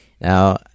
Now